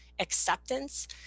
acceptance